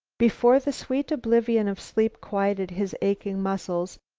before the sweet oblivion of sleep quieted his aching muscles,